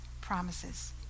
promises